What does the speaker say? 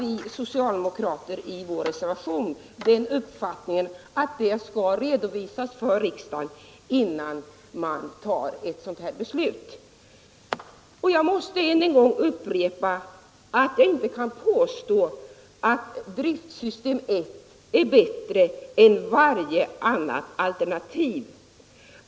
Vi socialdemokrater ansluter oss i vår reservation till uppfattningen att detta skall redovisas för riksdagen innan beslut fattas. Jag måste än en gång framhålla att jag inte kan påstå att driftsystem 1 är bättre än varje annat alternativ.